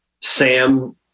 Sam